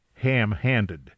ham-handed